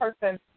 person